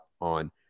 on